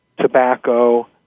tobacco